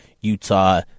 Utah